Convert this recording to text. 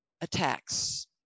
attacks